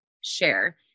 share